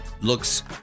Looks